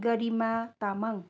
Garima Tamang